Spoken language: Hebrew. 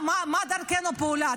מה דרכי הפעולה?